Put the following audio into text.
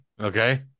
okay